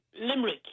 Limerick